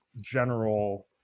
general